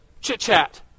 chit-chat